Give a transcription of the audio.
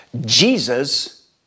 Jesus